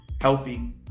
healthy